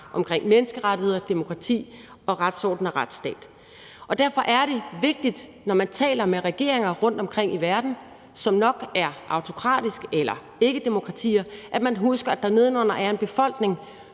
omkring menneskerettigheder, demokrati og retsorden og retsstat. Derfor er det vigtigt, når man taler med regeringer rundtomkring i verden, som nok er autokratiske eller ikkedemokratier, at man husker, at der neden under er en befolkning,